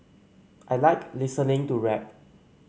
I like listening to rap